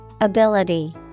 Ability